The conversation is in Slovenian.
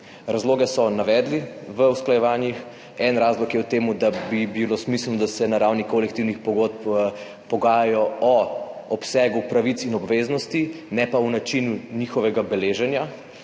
Razloge so navedli v usklajevanjih, en razlog je v tem, da bi bilo smiselno, da se na ravni kolektivnih pogodb pogajajo o obsegu pravic in obveznosti, ne pa o načinu njihovega beleženja.